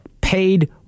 paid